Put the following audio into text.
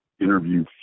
interview